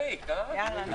אני